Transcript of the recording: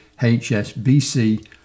HSBC